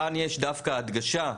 כאן יש דווקא הדגשה,